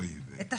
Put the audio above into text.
את השקרים,